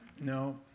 No